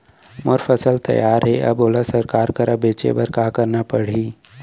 मोर फसल तैयार हे अब येला सरकार करा बेचे बर का करना पड़ही?